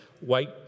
white